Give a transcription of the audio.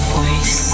voice